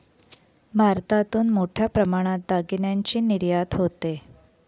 भारतातून मोठ्या प्रमाणात दागिन्यांची निर्यात होते